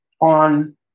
on